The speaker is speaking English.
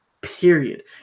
period